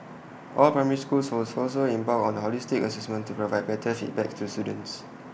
all primary schools was also embarked on holistic Assessment to provide better feedback to students